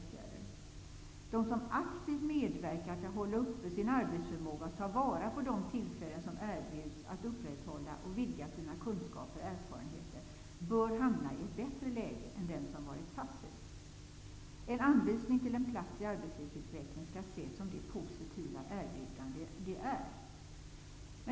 De som aktivt medverkar till att hålla uppe sin arbetsförmåga och tar vara på de tillfällen som erbjuds att upprätthålla och vidga sina kunskaper och erfarenheter bör hamna i ett bättre läge än den som varit passiv. En anvisning till en plats i arbetslivsutveckling skall ses som det positiva erbjudande det är.